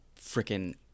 freaking